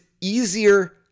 easier